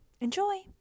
Enjoy